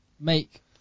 make